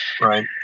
Right